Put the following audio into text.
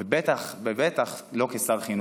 ובטח ובטח לא משר החינוך,